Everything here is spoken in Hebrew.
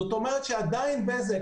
זאת אומרת שעדיין בזק,